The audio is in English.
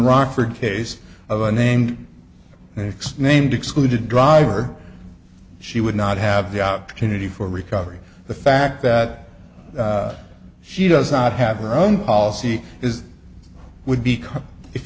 rockford case of a named next named excluded driver she would not have the opportunity for recovery the fact that she does not have her own policy is would be